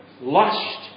lust